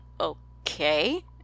okay